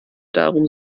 darum